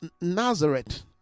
Nazareth